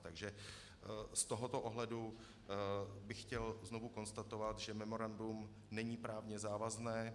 Takže z tohoto pohledu bych chtěl znovu konstatovat, že memorandum není právně závazné.